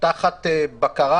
תחת בקרה,